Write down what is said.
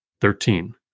Thirteen